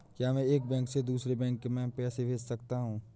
क्या मैं एक बैंक से दूसरे बैंक में पैसे भेज सकता हूँ?